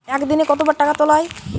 একদিনে কতবার টাকা তোলা য়ায়?